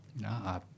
Nah